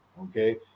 okay